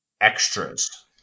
extras